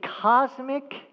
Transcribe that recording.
cosmic